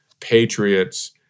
patriots